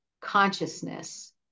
consciousness